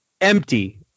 empty